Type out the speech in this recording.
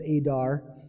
Adar